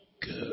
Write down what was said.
Good